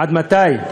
עד מתי?